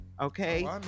Okay